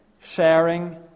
sharing